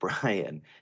Brian